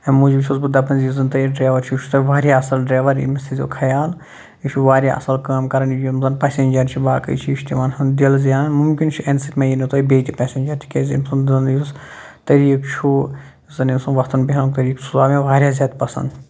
اَمہِ موٗجوٗب چھُس بہٕ دَپان یُس زَن تۄہہِ یہِ ڈرٛیوَر چھُ یہِ چھُ تۄہہِ واریاہ اَصٕل ڈرٛیوَر أمِس تھٔےزیو خیال یہِ چھُو واریاہ اَصٕل کٲم کَران یِم زَن پٮ۪سٮ۪نجَر چھِ باقٕے چیٖز چھِ تِمَن ہُنٛد دِل زینان مُمکِن چھُ اَمہِ سۭتۍ مِلیو تۄہہِ بیٚیہِ تہِ پٮ۪سٮ۪نجَر کیٛازِ أمۍ سُنٛد زَنہٕ یُس طریٖقہٕ چھُ یُس زَن أمۍ سُنٛد وۄتھُن بیٚہنُک طریٖقہٕ سُہ آو مےٚ واریاہ زیادٕ پَسنٛد